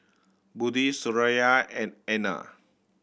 Budi Suraya and Aina